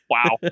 Wow